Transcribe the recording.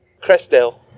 Crestdale